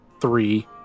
three